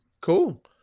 cool